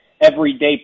everyday